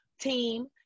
team